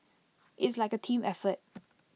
it's like A team effort